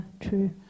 true